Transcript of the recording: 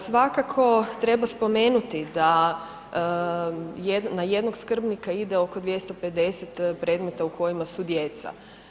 Svakako treba spomenuti da na jednog skrbnika ide oko 250 predmeta u kojima su djeca.